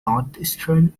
northeastern